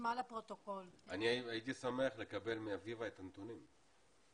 אני הייתי שמח לקבל מאביבה את הנתונים.